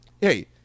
hey